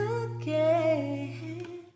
again